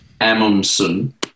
Amundsen